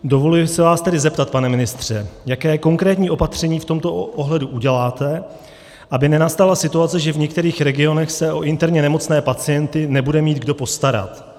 Dovoluji se vás tedy zeptat, pane ministře, jaké konkrétní opatření v tomto ohledu uděláte, aby nenastala situace, že v některých regionech se o interně nemocné pacienty nebude mít kdo postarat.